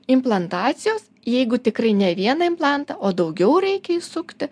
implantacijos jeigu tikrai ne vieną implantą o daugiau reikia įsukti